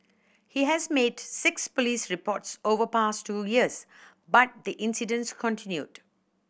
he has made six police reports over past two years but the incidents continued